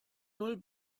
null